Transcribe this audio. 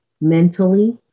mentally